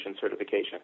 certification